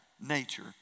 Nature